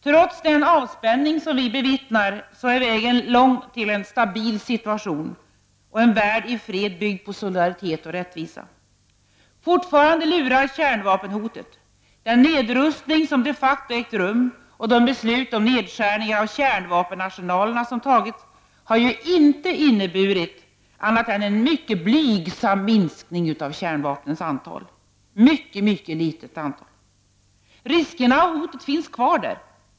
Trots den avspänning som vi bevittnar är vägen lång till en stabil situation och en värld i fred byggd på solidaritet och rättvisa. Fortfarande lurar kärnvapenhotet. Den nedrustning som de facto ägt rum och de beslut om nedskärning av kärnvapenarsenalerna som fattats har ju inte inneburit annat än en mycket blygsam minskning av kärnvapnens antal. Riskerna och hotet finns kvar där.